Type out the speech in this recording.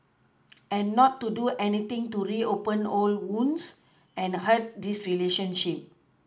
and not to do anything to reopen old wounds and hurt this relationship